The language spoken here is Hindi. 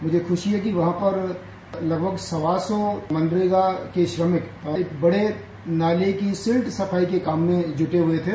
मुझे खूशी है कि वहां पर लगभग सवा सौ मनरेगा के श्रमिक एक बड़े नाले की सिल्ट सफाई के काम में जुटे हुए थे